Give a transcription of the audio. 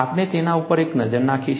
આપણે તેના ઉપર એક નજર નાખીશું